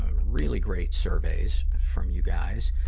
ah really great surveys from you guys,